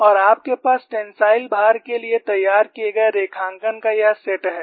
और आपके पास टेंसाइल भार के लिए तैयार किए गए रेखांकन का यह सेट है